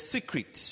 Secret